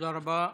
תודה רבה.